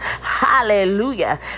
Hallelujah